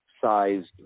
sized